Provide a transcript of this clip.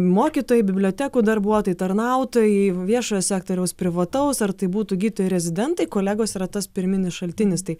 mokytojai bibliotekų darbuotojai tarnautojai viešojo sektoriaus privataus ar tai būtų gydytojai rezidentai kolegos yra tas pirminis šaltinis tai